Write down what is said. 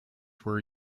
were